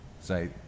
say